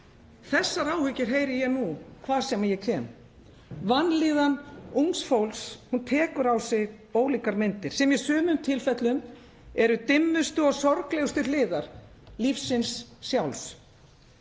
Þessar áhyggjur heyri ég nú hvar sem ég kem. Vanlíðan ungs fólks tekur á sig ólíkar myndir, sem í sumum tilfellum eru dimmustu og sorglegustu hliðar lífsins sjálfs.